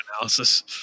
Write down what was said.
analysis